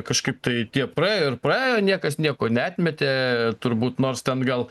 kažkaip tai tie praėjo ir praėjo niekas nieko neatmetė turbūt nors ten gal